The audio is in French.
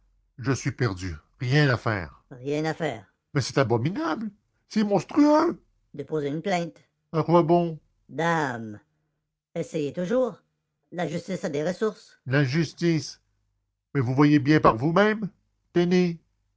je suis perdu rien à faire rien à faire mais c'est abominable c'est monstrueux déposez une plainte à quoi bon dame essayez toujours la justice a des ressources la justice mais vous voyez bien par vous-même tenez